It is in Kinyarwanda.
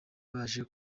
baje